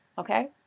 Okay